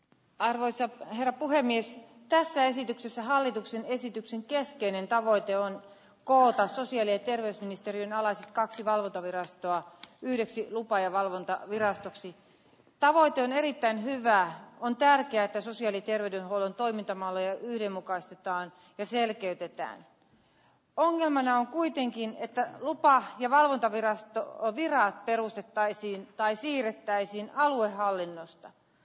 arvoisa puhemies tässä esityksessä hallituksen esityksen keskeinen tavoite on koota sienet terveysministeriön alaiset kaksi valvontavirastoa yhdeksi lupa ja valvontaa virastoksi pahoitellen erittäin hyvää on tärkeää että sosiaali terveydenhuollon toimintamalleja yhdenmukaistetaan ja selkeytetään ongelmana on kuitenkin että rupla ja valvontavirasto iran perustettaisiin tai siirrettäisiin varapuhemies